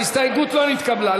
ההסתייגות לא נתקבלה.